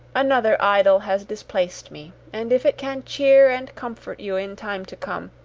another idol has displaced me and if it can cheer and comfort you in time to come,